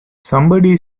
somebody